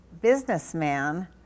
businessman